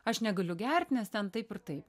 aš negaliu gert nes ten taip ir taip